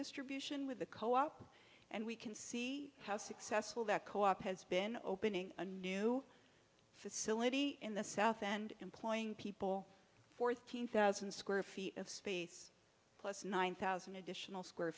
distribution with the co op and we can see how successful that co op has been opening a new facility in the south and employing people for thirteen thousand square feet of space plus nine thousand additional square